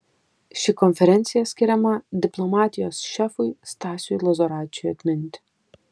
ši konferencija skiriama diplomatijos šefui stasiui lozoraičiui atminti